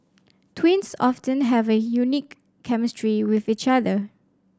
twins often have a unique chemistry with each other